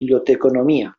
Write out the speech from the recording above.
biblioteconomia